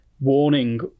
warning